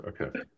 okay